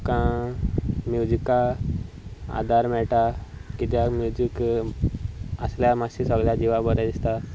आमकां म्युजिका आदार मेळटा कित्याक म्युजीक आसल्यार मातशें सगल्या जिवा बरें दिसता